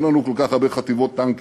אין לנו כל כך הרבה חטיבות טנקים.